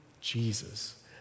Jesus